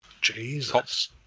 Jesus